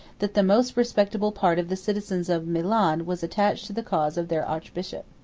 that the most respectable part of the citizens of milan was attached to the cause of their archbishop.